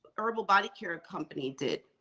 herbal body care company did